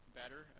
better